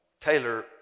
Taylor